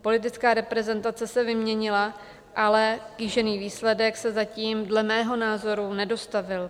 Politická reprezentace se vyměnila, ale kýžený výsledek se zatím dle mého názoru nedostavil.